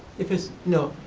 if it's, no,